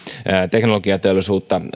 teknologiateollisuutta